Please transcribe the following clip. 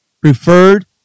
preferred